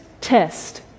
test